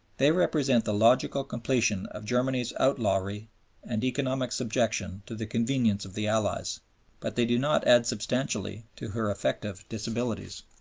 they represent the logical completion of germany's outlawry and economic subjection to the convenience of the allies but they do not add substantially to her effective disabilities.